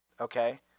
Okay